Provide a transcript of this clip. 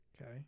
Okay